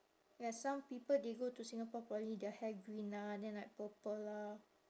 ya some people they go to singapore poly their hair green ah then like purple lah